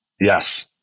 Yes